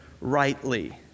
rightly